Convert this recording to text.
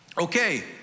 okay